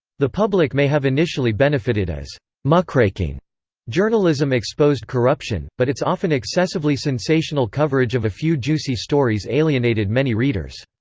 the public may have initially benefited as muckraking journalism exposed corruption, but its often excessively sensational coverage of a few juicy stories alienated many readers.